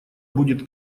будет